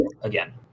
Again